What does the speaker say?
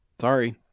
sorry